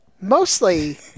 Mostly